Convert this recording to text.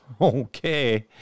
Okay